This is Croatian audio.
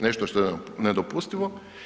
Nešto što je nedopustivo.